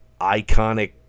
iconic